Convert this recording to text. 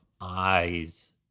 eyes